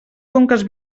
conques